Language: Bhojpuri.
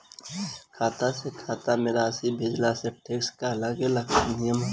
खाता से खाता में राशि भेजला से टेक्स के का नियम ह?